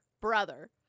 Brother